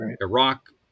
Iraq